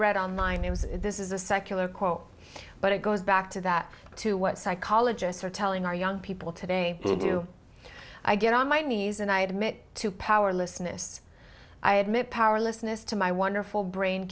read online it was this is a secular quote but it goes back to that to what psychologists are telling our young people today do i get on my knees and i had met to powerlessness i admit powerlessness to my wonderful brain